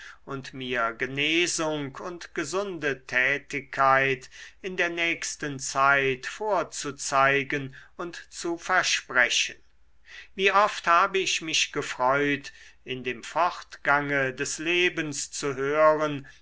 und mir genesung und gesunde tätigkeit in der nächsten zeit vorzuzeigen und zu versprechen wie oft habe ich mich gefreut in dem fortgange des lebens zu hören